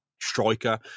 striker